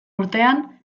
urtean